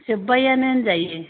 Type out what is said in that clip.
जोब्बायानो होनजायो